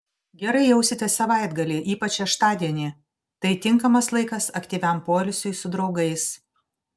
gerai jausitės savaitgalį ypač šeštadienį tai tinkamas laikas aktyviam poilsiui su draugais